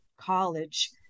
college